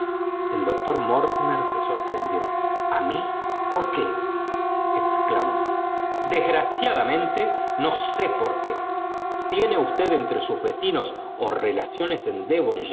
el doctor mortimer se borprendió a mí por qué exclamó desgraciadamente no sé por qué tiene usted entre sus vecinos ó relaciones en